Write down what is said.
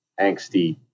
angsty